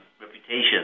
reputation